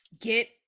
get